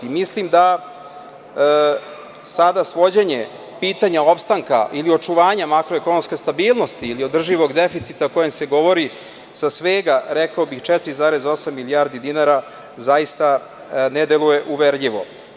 Mislim da sada svođenje pitanja opstanka ili očuvanja makroekonomske stabilnosti, ili održivog deficita o kojem se govori sa svega rekao bih 4,8 milijardi dinara, zaista ne deluje uverljivo.